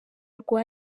rwa